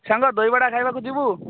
ସାଙ୍ଗ ଦହିବରା ଖାଇବାକୁ ଯିବୁ